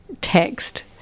text